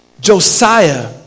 Josiah